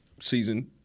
season –